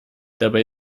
dabei